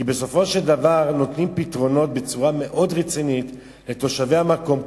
כי בסופו של דבר נותנים פתרונות בצורה מאוד רצינית לתושבי המקום,